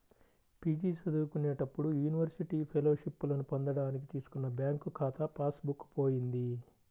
PG చదువుకునేటప్పుడు university ఫెలోషిప్పులను పొందడానికి తీసుకున్న బ్యాంకు ఖాతా పాస్ బుక్ పోయింది